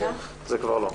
זה כבר לא.